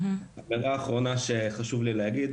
הערה אחרונה שחשוב לי להגיד,